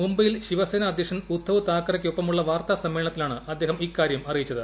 മുംബൈയിൽ ശിവസേന അധ്യക്ഷൻ ഉദ്ധവ് താക്കറക്കൊപ്പമുള്ള വാർത്താ സമ്മേളനത്തിലാണ് അദ്ദേഹം ഇക്കാര്യം അറിയിച്ചത്